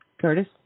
Curtis